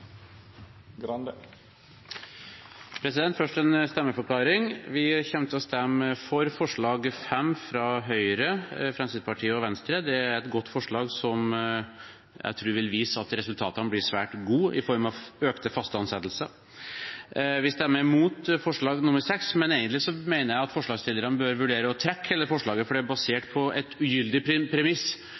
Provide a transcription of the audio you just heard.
Først en stemmeforklaring: Vi kommer til å stemme for forslag nr. 5 fra Høyre, Fremskrittspartiet og Venstre. Det er et godt forslag, som jeg tror vil vise at resultatene blir svært gode, i form av et økt antall faste ansettelser. Vi stemmer imot forslag nr. 6, men egentlig mener jeg at forslagsstillerne bør vurdere å trekke hele forslaget, for det er basert på et ugyldig premiss.